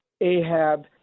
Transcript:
Ahab